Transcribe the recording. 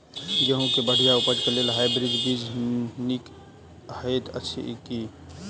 गेंहूँ केँ बढ़िया उपज केँ लेल हाइब्रिड बीज नीक हएत अछि की?